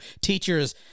Teachers